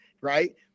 right